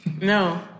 No